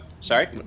sorry